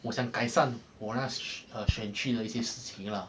我想改善我那选区的一些事情啦